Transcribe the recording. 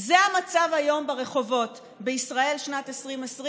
זה המצב היום ברחובות בישראל שנת 2020,